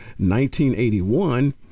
1981